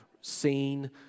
seen